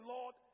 Lord